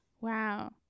Wow